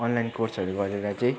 online कोर्सहरू गरेर चाहिँ